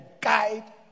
guide